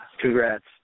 congrats